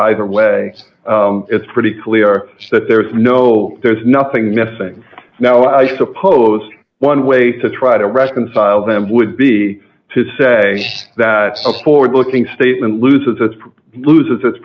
either way it's pretty clear that there's no there's nothing missing now i suppose one way to try to reconcile them would be to say that a forward looking statement loses its loses its